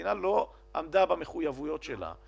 וכשהמדינה לא עמדה במחויבויות שלה,